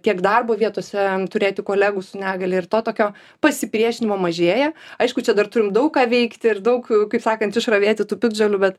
tiek darbo vietose turėti kolegų su negalia ir to tokio pasipriešinimo mažėja aišku čia dar turim daug ką veikti ir daug kaip sakant išravėti tų piktžolių bet